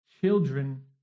children